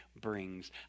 brings